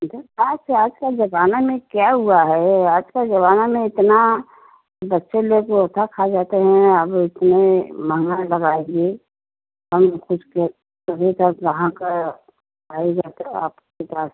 ठीक है आज के आज का जमाना में क्या हुआ है वो आज का जमाना में इतना बच्चे लोग वैसा खा जाते हैं अब इतने महँगा दवाई दिए और कुछ के तभी तो आप यहाँ का आइएगा तो आपके पास